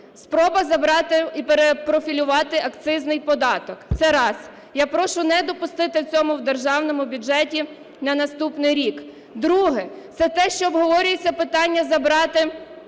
Спроба забрати і перепрофілювати акцизний податок. Це раз. Я прошу не допустити цього в Державному бюджеті на наступний рік. Друге – це те, що обговорюється питання забрати